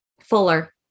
fuller